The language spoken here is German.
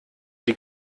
die